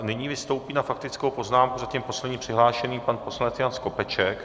Nyní vystoupí na faktickou poznámku zatím poslední přihlášený pan poslanec Jan Skopeček.